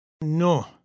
no